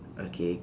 okay